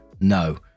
no